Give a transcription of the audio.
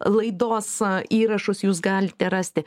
laidos įrašus jūs galite rasti